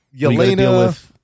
Yelena